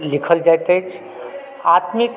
लिखल जाइत अछि आत्मिक